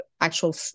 actual